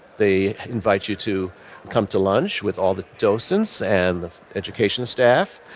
they invite you to come to lunch with all the docents and the education staff.